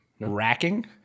Racking